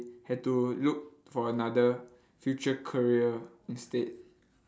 had to look for another future career instead